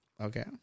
Okay